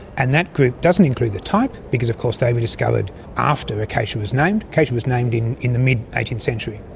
and that group doesn't include the type because of course they were discovered after acacia was named, acacia was named in in the mid eighteenth century.